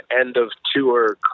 end-of-tour